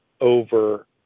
over